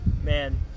Man